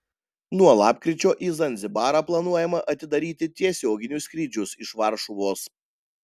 nuo lapkričio į zanzibarą planuojama atidaryti tiesioginius skrydžius iš varšuvos